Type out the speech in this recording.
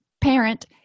parent